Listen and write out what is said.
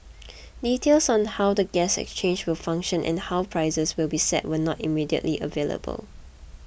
details on how the gas exchange will function and how prices will be set were not immediately available